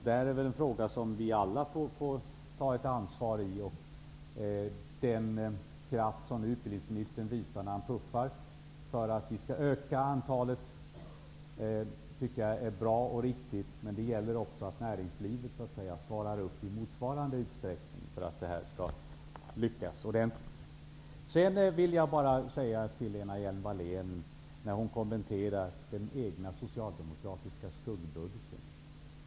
Det är väl en fråga som vi alla får ta ansvar för. Den kraft som utbildningsministern visar när han puffar för att öka antalet forskare i näringslivet tycker jag är bra och riktigt. Men det gäller att näringslivet svarar upp mot denna efterfrågan i motsvarande utsträckning för att detta problem skall lösas. Lena Hjelm-Wallén kommenterade den egna socialdemokratiska skuggbudgeten.